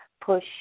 push